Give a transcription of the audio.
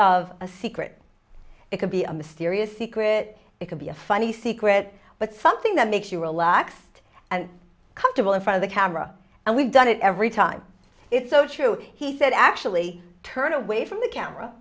of a secret it could be a mysterious secret it could be a funny secret but something that makes you relaxed and comfortable in front of the camera and we've done it every time it's so true he said actually turn away from the camera